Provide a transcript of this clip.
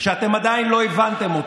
עד שלוש דקות לרשותך.